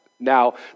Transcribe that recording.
Now